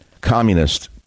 communist